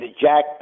Jack